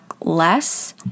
less